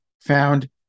found